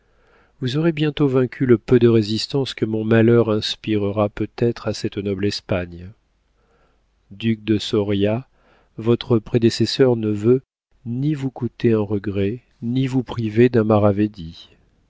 vous aurez bientôt vaincu le peu de résistance que mon malheur inspirera peut-être à cette noble espagnole duc de soria votre prédécesseur ne veut ni vous coûter un regret ni vous priver d'un maravédi comme les